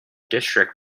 district